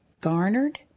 garnered